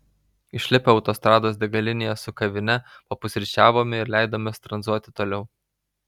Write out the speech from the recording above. išlipę autostrados degalinėje su kavine papusryčiavome ir leidomės tranzuoti toliau